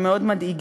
הם מאוד מדאיגים.